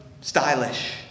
stylish